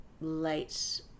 late